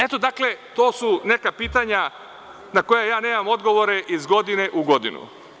Eto, dakle, to su neka pitanja na koja ja nemam odgovore iz godine u godinu.